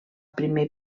primer